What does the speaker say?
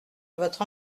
votre